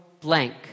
blank